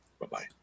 Bye-bye